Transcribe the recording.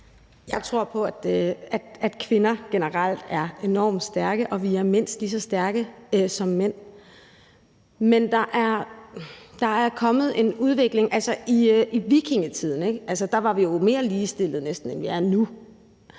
Jeg tror på, at kvinder generelt er enormt stærke, og at vi er mindst lige så stærke som mænd. Men der er kommet en udvikling. Altså, i vikingetiden var vi jo næsten mere ligestillede, end vi er nu,